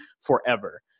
forever